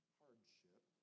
hardship